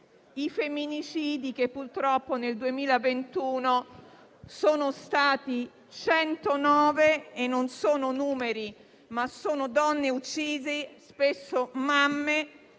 i femminicidi, che purtroppo nel 2021 sono stati 109; non sono numeri, ma sono donne uccise, spesso mamme.